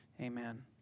Amen